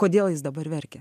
kodėl jis dabar verkia